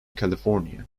california